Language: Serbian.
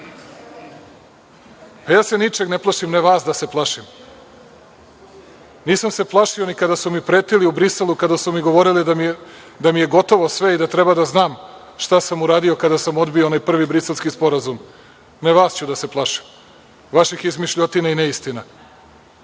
ja se ničega ne plašim, a ne vas da se plašim. Nisam se plašio ni kada su mi pretili u Briselu kada su mi govorili da mi je gotovo sve i da treba da znam šta sam uradio kada sam odbio onaj prvi Briselski sporazum, ne vas ću da se plašim, vaših izmišljotina i neistina